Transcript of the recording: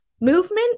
Movement